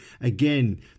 Again